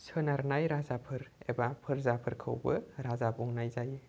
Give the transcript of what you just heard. सोनारनाय राजाफोर एबा फोरजाफोरखौबो राजा बुंनाय जायो